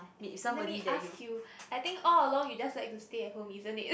let me ask you I think all along you just like to stay at home isn't it